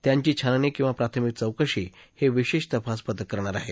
त्यांची छाननी किंवा प्राथमिक चौकशी ह विशाईतपास पथक करणार आह